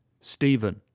Stephen